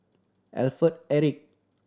Alfred Eric